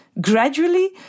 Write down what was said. gradually